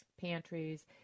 pantries